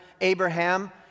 Abraham